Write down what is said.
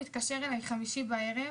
ביום חמישי בערב